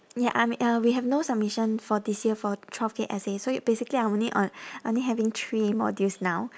ya I mea~ uh we have no submission for this year for twelve K essay so it basically I only on~ only having three modules now